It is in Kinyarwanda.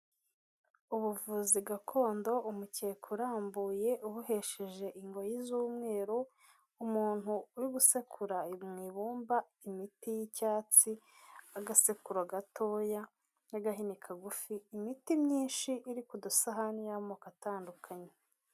Ubuvuzi gakondo, umukeka urambuye ubohesheje ingoyi z'umweru, umuntu uri gusekura mu ibumba imiti y'icyatsi n'agasekuro gatoya n'agahini kagufi, imiti myinshi iri kudusahani y'amoko atandukanye.